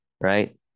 right